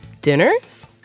dinners